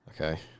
Okay